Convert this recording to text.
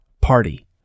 Party